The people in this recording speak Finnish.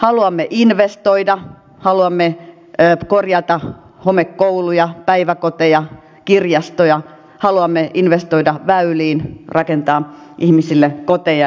haluamme investoida haluamme korjata homekouluja päiväkoteja kirjastoja haluamme investoida väyliin rakentaa ihmisille koteja